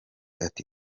ati